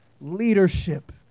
Leadership